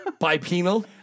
Bipenal